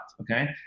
Okay